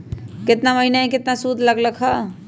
केतना महीना में कितना शुध लग लक ह?